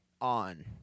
on